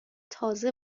تازه